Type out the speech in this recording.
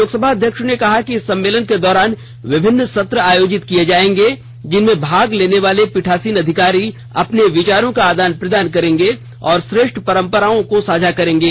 लोकसभा अध्यक्ष ने कहा कि इस सम्मेलन के दौरान विभिन्न सत्र आयोजित किए जाएंगे जिनमें भाग लेने वाले पीठासीन अधिकारी अपने विचारों का आदान प्रदान करेंगे और श्रेष्ठ परंपराओं को साझा करेंगे